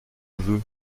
veux